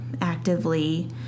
actively